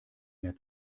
mehr